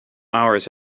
hours